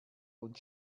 und